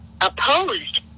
opposed